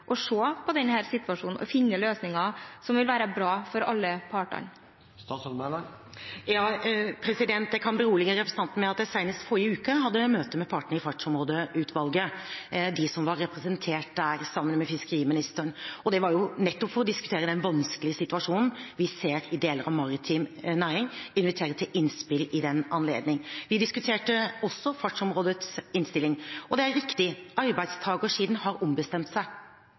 på denne situasjonen og finne løsninger som vil være bra for alle partene. Jeg kan berolige representanten med at jeg senest i forrige uke hadde møte med partene i Fartsområdeutvalget, de som var representert der, sammen med fiskeriministeren, og det var nettopp for å diskutere den vanskelige situasjonen vi ser i deler av maritim næring, og invitere til innspill i den anledning. Vi diskuterte også Fartsområdeutvalgets innstilling. Det er riktig at arbeidstakersiden har ombestemt seg.